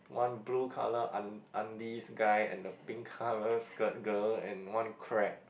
one blue colour un~ undies guy and a pink colour skirt girl and one crab